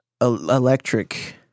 Electric